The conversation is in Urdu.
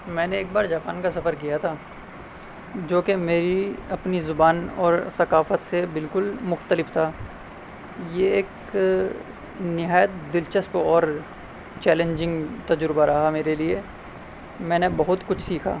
میں نے ایک بار جاپان کا سفر کیا تھا جو کہ میری اپنی زبان اور ثقافت سے بالکل مختلف تھا یہ ایک نہایت دلچسپ اور چیلنجنگ تجربہ رہا میرے لیے میں نے بہت کچھ سیکھا